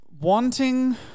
wanting